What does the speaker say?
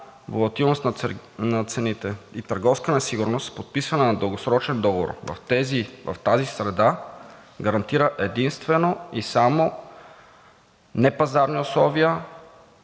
волативност на цените и търговска несигурност – подписване на дългосрочен договор в тази среда гарантира единствено и само непазарни условия,